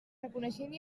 reconeixent